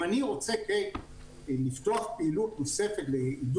אם אני רוצה לפתוח פעילות נוספת לעידוד